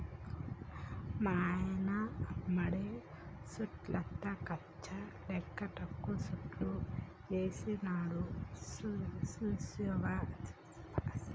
మాయన్న మడి సుట్టుతా కంచె లేక్క టేకు సెట్లు ఏసినాడు సూస్తివా